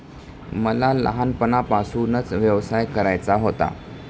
मला लहानपणापासूनच व्यवसाय करायचा होता